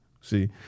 see